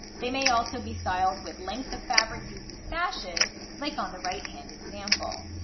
they may also be styled with lengths of fabric used as sashes, like on the right hand example.